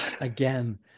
again